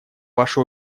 ваши